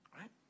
Right